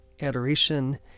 adoration